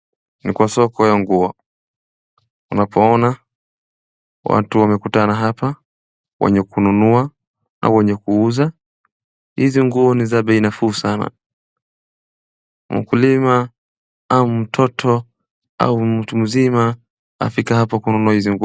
Ni kwa soko ya nguo, unapoona watu wamekutana hapa, wenye kununua au wenye kuuza, hizi nguo ni za bei nafuu sana. Mkulima au mtoto au mtu mzima afike hapo kununua hizi nguo.